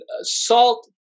salt